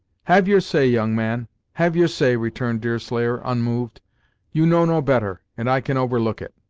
have your say, young man have your say, returned deerslayer, unmoved you know no better, and i can overlook it.